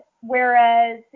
whereas